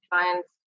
clients